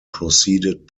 proceeded